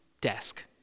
desk